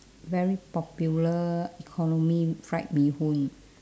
very popular economy fried bee hoon